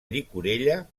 llicorella